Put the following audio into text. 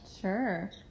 Sure